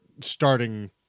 starting